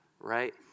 right